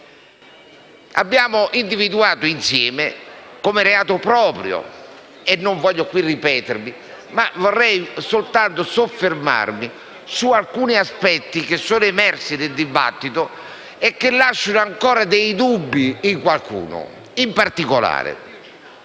Abbiamo individuato insieme un reato proprio. Non voglio qui ripetermi e vorrei soltanto soffermarmi su alcuni aspetti emersi nel dibattito e che lasciano ancora dei dubbi in qualcuno. Questa